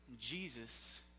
Jesus